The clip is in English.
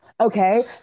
Okay